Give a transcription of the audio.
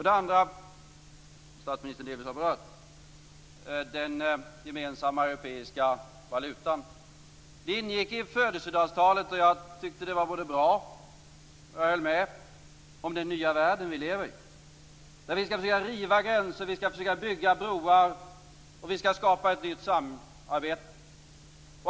Den andra frågan har statsministern delvis berört. Det gäller den gemensamma europeiska valutan. Det ingick i födelsedagstalet. Jag tyckte det var bra, och jag höll med om den nya världen vi lever i. Vi skall försöka riva gränser, försöka bygga broar och skapa ett nytt samarbete.